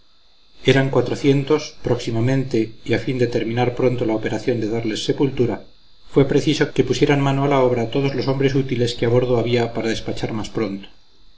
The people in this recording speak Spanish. eran cuatrocientos próximamente y a fin de terminar pronto la operación de darles sepultura fue preciso que pusieran mano a la obra todos los hombres útiles que a bordo había para despachar más pronto